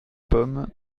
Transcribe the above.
pommes